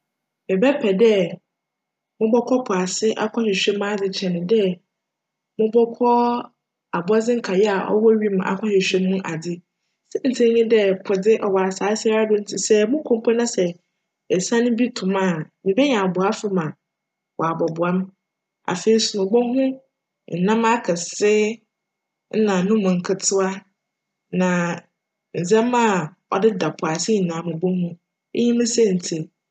Mebjpj dj mobckc po ase akchwehwj mu adze kyjn dj mobckc abcdze nkae cwc wimu akchwehwj mu adze. Siantsir nye dj, po dze cwc asaase yi ara do ntsi sj mokc mpo na sj esian bi to me a, mebenya aboafo ma wcabcboa me, afei so mobohu anam akjse na nketsewa na ndzjmba a cdeda po ase nyinara mobohu. Iyi nye me siantsir.